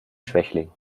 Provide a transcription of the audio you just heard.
schwächling